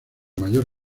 mayor